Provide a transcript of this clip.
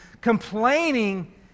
complaining